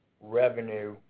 revenue